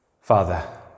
Father